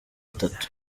atatu